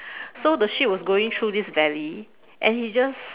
so the ship was going through this valley and he just